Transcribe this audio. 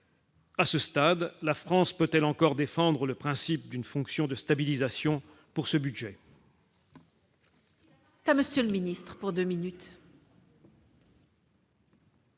à ce stade, la France peut-elle encore défendre le principe d'une fonction de stabilisation pour ce budget.